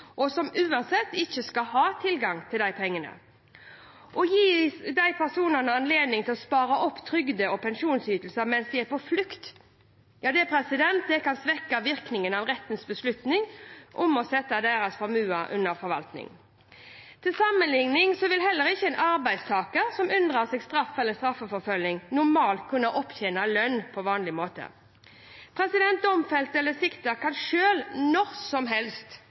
og som uansett ikke skal ha tilgang til de pengene. Å gi de personene anledning til å spare opp trygde- og pensjonsytelser mens de er på flukt, kan svekke virkningen av rettens beslutning om å sette deres formue under forvaltning. Til sammenligning vil heller ikke en arbeidstaker som unndrar seg straff eller straffeforfølging, normalt kunne opptjene lønn på vanlig måte. Domfelte eller siktede kan selv når som helst